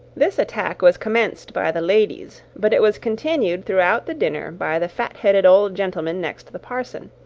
this attack was commenced by the ladies but it was continued throughout the dinner by the fat-headed old gentleman next the parson,